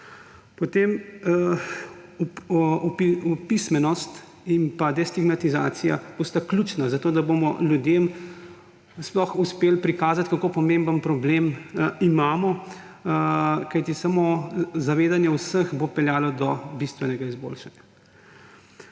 Potem opismenost in destigmatizacija bosta ključni, zato da bomo ljudem sploh uspeli prikazati, kako pomemben problem imamo, kajti samo zavedanje vseh bo peljalo do bistvenega izboljšanja.